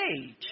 age